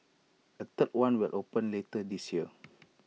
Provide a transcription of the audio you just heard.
A third one will open later this year